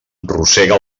rosega